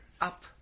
Up